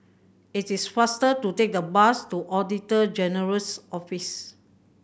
it is faster to take the bus to Auditor General's Office